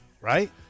right